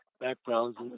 backgrounds